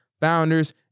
founders